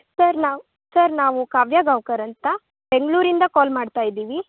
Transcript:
sir ನಾವು sir ನಾವು ಕಾವ್ಯ ಗಾವ್ಕರ್ ಅಂತ ಬೆಂಗಳೂರಿಂದ ಕಾಲ್ ಮಾಡ್ತಾ ಇದೀವಿ